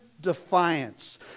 defiance